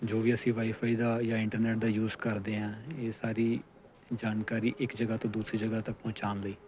ਜੋ ਵੀ ਅਸੀਂ ਵਾਈਫਾਈ ਦਾ ਜਾਂ ਇੰਟਰਨੈਟ ਦਾ ਯੂਜ ਕਰਦੇ ਹਾਂ ਇਹ ਸਾਰੀ ਜਾਣਕਾਰੀ ਇੱਕ ਜਗ੍ਹਾ ਤੋਂ ਦੂਸਰੀ ਜਗ੍ਹਾ ਤੱਕ ਪਹੁੰਚਾਉਣ ਲਈ